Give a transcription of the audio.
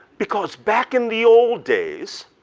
because back in the old days,